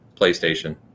PlayStation